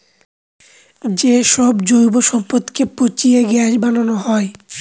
যে সব জৈব সম্পদকে পচিয়ে গ্যাস বানানো হয়